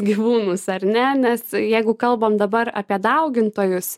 gyvūnus ar ne nes jeigu kalbam dabar apie daugintojus